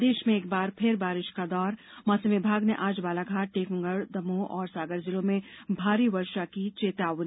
प्रदेश में एक बार फिर बारिश का दौर मौसम विभाग ने आज बालाघाट टीकमगढ़ दमोह और सागर जिलों में भारी वर्षा की चेतावनी